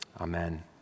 Amen